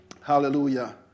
Hallelujah